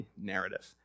narrative